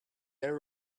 there